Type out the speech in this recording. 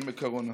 ימי הקורונה.